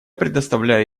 предоставляю